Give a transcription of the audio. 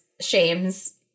shames